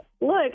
look